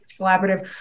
collaborative